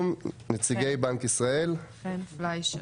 נציגי בנק ישראל ב-זום.